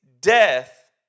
death